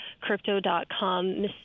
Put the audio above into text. Crypto.com